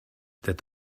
that